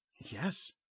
Yes